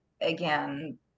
again